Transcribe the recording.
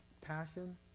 passion